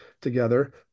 together